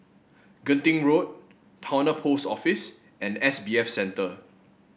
Genting Road Towner Post Office and S B F Center